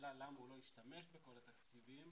השאלה למה הוא לא השתמש בכל התקציבים,